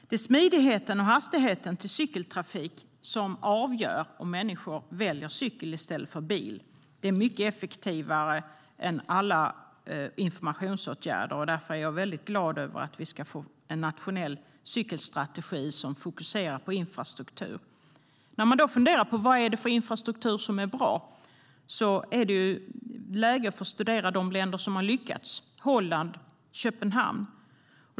Det är smidigheten och hastigheten för cykeltrafik som avgör om människor väljer cykel i stället för bil. Det är mycket effektivare än alla informationsåtgärder. Därför är jag väldigt glad över att vi ska få en nationell cykelstrategi som fokuserar på infrastruktur. När man funderar på vad det är för infrastruktur som är bra är det läge att studera dem som har lyckats: Holland och Köpenhamn.